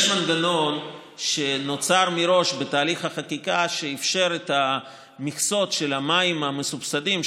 יש מנגנון שנוצר מראש בתהליך החקיקה שאפשר את המכסות של המים המסובסדים,